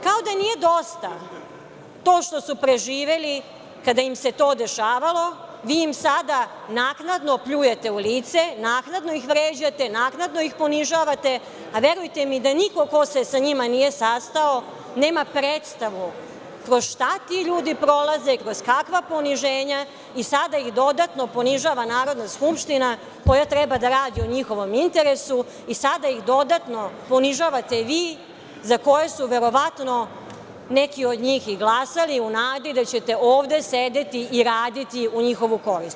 Kao da nije dosta to što su proživeli kada im se to dešavalo, vi im sada naknadno pljujete u lice, naknadno ih vređate, naknadno ih ponižavate, a verujte mi da niko ko se sa njima nije sastao nema predstavu kroz šta ti ljudi prolaze, kroz kakva poniženja i sada ih dodatno ponižava Narodna skupština, koja treba da radi u njihovom interesu, i sada ih dodatno ponižavate vi, za koje su verovatno neki od njih i glasali, u nadi da ćete ovde sedeti i raditi u njihovu korist.